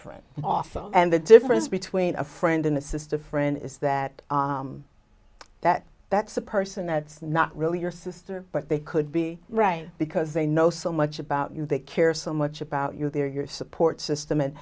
for an office and the difference between a friend and a sister friend is that that that's a person that's not really your sister but they could be right because they know so much about you they care so much about you they're your support system and